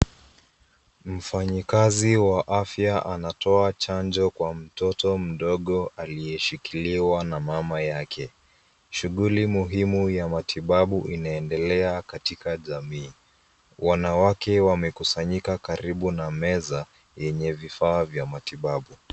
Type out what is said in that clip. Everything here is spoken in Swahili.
Mfanyakazi wa afya anatoa chanjo kwa mtoto mdogo aliyeshikiliwa na mama yake. Shughuli muhimu ya matibabu inaendelea katika jamii. Wanawake wamekusanyika karibu na meza yenye vifaa vya matibabu.